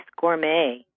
gourmet